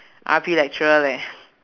R_P lecturer leh